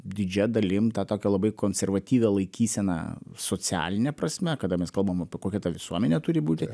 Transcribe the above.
didžia dalim tą tokią labai konservatyvią laikyseną socialine prasme kada mes kalbam apie kokia ta visuomenė turi būti